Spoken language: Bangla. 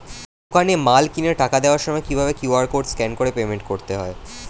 দোকানে মাল কিনে টাকা দেওয়ার সময় কিভাবে কিউ.আর কোড স্ক্যান করে পেমেন্ট করতে হয়?